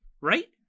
Right